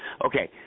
Okay